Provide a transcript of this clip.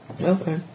Okay